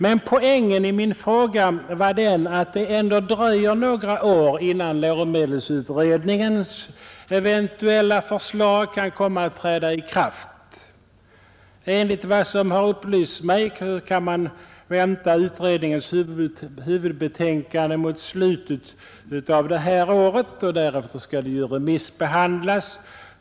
Men poängen med min fråga var den att det ändå dröjer några år innan läromedelsutredningens eventuella förslag kan komma att träda i kraft. Enligt vad som upplysts mig kan man vänta utredningens huvudbetänkande mot slutet av detta år. Därefter skall det remissbehandlas.